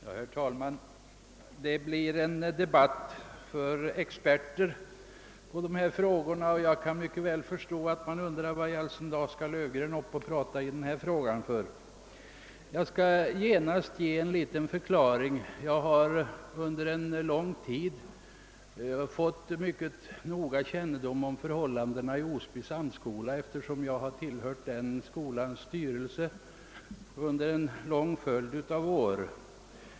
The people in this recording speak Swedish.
Herr talman! Det här är en debatt för experter i dessa frågor och jag kan myc ket väl förstå att man undrar vad i all sin dar Löfgren skall upp och prata i denna fråga för. Jag skall genast ge en liten förklaring. Jag har under en lång tid fått mycken kännedom om förhållandena i Osby samskola, eftersom jag har tillhört den skolans styrelse under en lång följd av år.